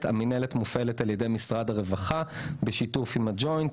שמופעלת על ידי משרד הרווחה בשיתוף עם הג'וינט,